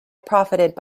profited